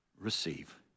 receive